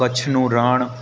ક્ચ્છનું રણ